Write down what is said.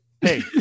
Hey